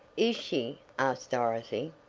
is she? asked dorothy,